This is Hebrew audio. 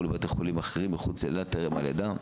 לבתי חולים אחרים מחוץ לאילת טרם הלידה?